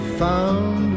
found